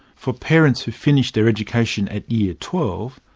for parents who finished their education at year twelve,